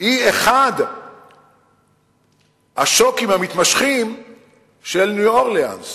הוא אחד ה"שוקים" המתמשכים של ניו-אורלינס